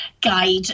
guide